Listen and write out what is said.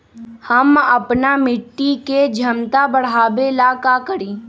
हम अपना मिट्टी के झमता बढ़ाबे ला का करी?